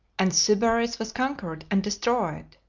and sybaris was conquered and destroyed.